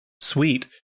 Sweet